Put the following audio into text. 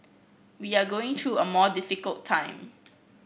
we are going through a more difficult time